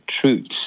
truths